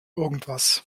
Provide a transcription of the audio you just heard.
irgendwas